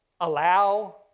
allow